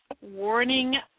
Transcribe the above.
warning